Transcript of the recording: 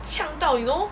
呛到 you know